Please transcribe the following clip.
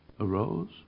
arose